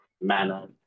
manner